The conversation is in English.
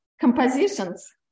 compositions